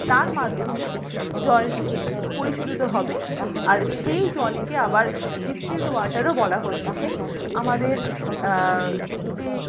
তার মধ্যেমে জলটি পরিশোধিত হবে আর সেই জলকে আবার ডিস্টিল্ড ওয়াটারও বলা হচ্ছে আমাদের যে